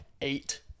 eight